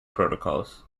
protocols